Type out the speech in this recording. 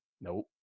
Nope